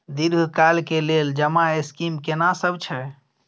दीर्घ काल के लेल जमा स्कीम केना सब छै?